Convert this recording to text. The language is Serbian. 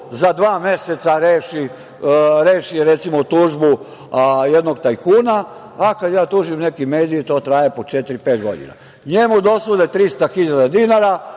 za dva meseca reši, recimo, tužbu jednog tajkuna, a kad ja tužim neke medije to traje po četiri-pet godina. Njemu dsude 300.000 dinara,